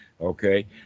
Okay